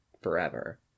forever